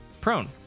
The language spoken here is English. Prone